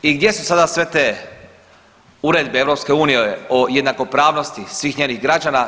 I gdje su sada sve te uredbe EU o jednakopravnosti svih njezinih građana?